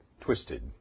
twisted